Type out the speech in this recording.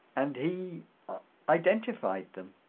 and he identified them